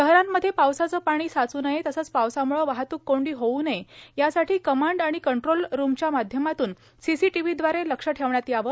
शहरांमध्ये पावसाचं पाणी साच् नयेए तसंच पावसाम्ळं वाहतूक कोंडी होऊ नयेए यासाठी कमांड आणि कंट्रोल रुमच्या माध्यमातून सीसीटीव्हीदवारे लक्ष ठेवण्यात यावं